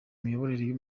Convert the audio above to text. miyoborere